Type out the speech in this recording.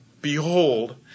behold